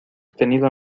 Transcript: tenido